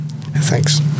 Thanks